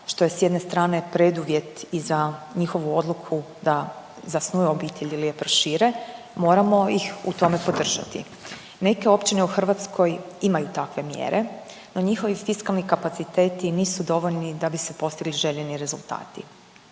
što je s jedne strane preduvjet i za njihovu odluku da zasnuju obitelj ili je prošire moramo ih u tome podržati. Neke općine u Hrvatskoj imaju takve mjere, no njihovi fiskalni kapaciteti nisu dovoljni da bi se postigli željeni rezultati.